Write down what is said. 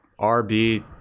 RB